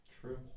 True